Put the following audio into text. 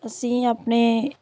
ਅਸੀਂ ਆਪਣੇ